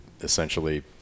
essentially